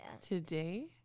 Today